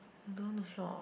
I don't want to shop